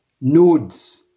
Nodes